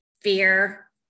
fear